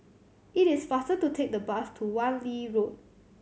it is faster to take the bus to Wan Lee Road